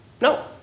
No